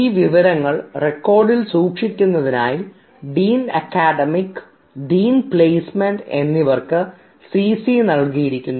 ഈ വിവരങ്ങൾ റെക്കോർഡിൽ സൂക്ഷിക്കുന്നതിനായി ഡീൻ അക്കാദമിക്ക്സ് ഡീൻ പ്ലേസ്മെൻറ് എന്നിവർക്ക് സിസി നൽകിയിരിക്കുന്നു